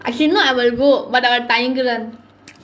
she know I will go but I தயங்குறான்:thayanguraan